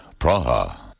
Praha